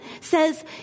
says